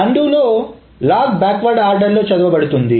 undo లో log backward ఆర్డర్లో చదవబడుతుంది